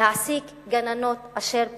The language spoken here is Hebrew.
להעסיק גננות אשר פוטרו,